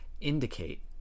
indicate